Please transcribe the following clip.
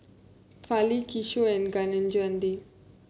Fali Kishore and Kaneganti